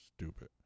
stupid